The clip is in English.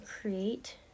create